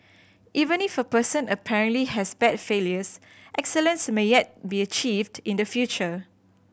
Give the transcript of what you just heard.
even if a person apparently has bad failures excellence may yet be achieved in the future